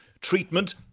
treatment